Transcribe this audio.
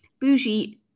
bougie